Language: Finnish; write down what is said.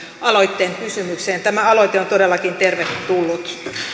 aloitteen kysymykseen tämä aloite on todellakin tervetullut